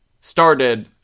started